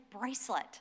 Bracelet